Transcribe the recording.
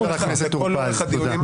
תודה רבה, חבר הכנסת טור פז, תודה.